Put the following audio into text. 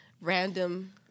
random